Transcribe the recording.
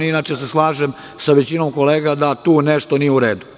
Inače se slažem sa većinom kolega da tu nešto nije u redu.